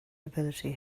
ability